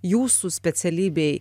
jūsų specialybėj